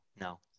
No